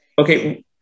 okay